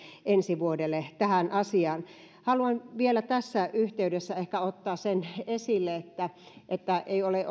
ensi vuodelle tähän asiaan haluan vielä tässä yhteydessä ottaa sen esille että että ei ole